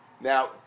Now